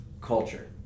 culture